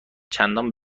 چندان